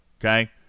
okay